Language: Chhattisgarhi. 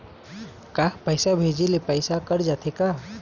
का पैसा भेजे ले पैसा कट जाथे का?